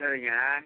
சரிங்க